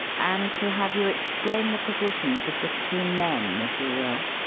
and to have you explain the positions of the two men if you will.